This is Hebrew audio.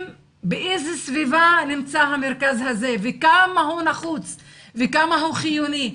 באיזה סביבה נמצא המרכז הזה וכמה הוא נחוץ וכמה הוא חיוני.